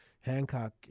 Hancock